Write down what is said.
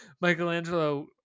michelangelo